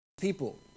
people